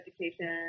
education